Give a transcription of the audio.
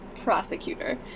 prosecutor